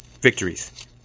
victories